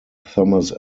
thomas